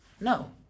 No